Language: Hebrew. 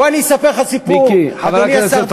בוא אני אספר לך סיפור, חברי השר דרעי.